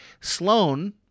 Sloane